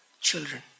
children